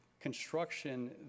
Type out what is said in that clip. construction